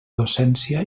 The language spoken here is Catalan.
docència